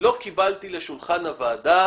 לא קיבלתי לשולחן הוועדה